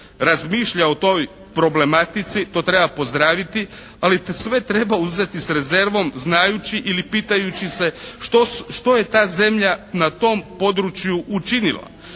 razmišlja o toj problematici, to treba pozdraviti, ali sve treba uzeti s rezervom znajući ili pitajući se što je ta zemlja na tom području učinila.